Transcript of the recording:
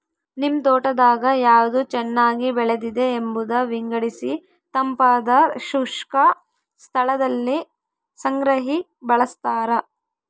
ನಿಮ್ ತೋಟದಾಗ ಯಾವ್ದು ಚೆನ್ನಾಗಿ ಬೆಳೆದಿದೆ ಎಂಬುದ ವಿಂಗಡಿಸಿತಂಪಾದ ಶುಷ್ಕ ಸ್ಥಳದಲ್ಲಿ ಸಂಗ್ರಹಿ ಬಳಸ್ತಾರ